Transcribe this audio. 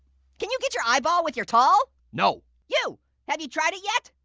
can you get your eyeball with your tall? no. you have you tried it yet?